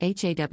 HAW